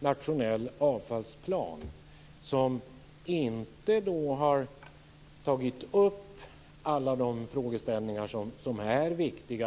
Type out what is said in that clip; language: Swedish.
nationell avfallsplan i vilken man inte tagit upp alla de frågeställningar som är viktiga.